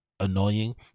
annoying